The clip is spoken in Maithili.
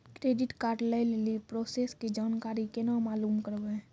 क्रेडिट कार्ड लय लेली प्रोसेस के जानकारी केना मालूम करबै?